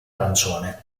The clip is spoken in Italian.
arancione